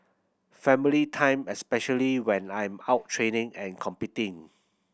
family time especially when I'm out training and competing